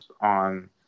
on